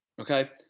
okay